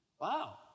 wow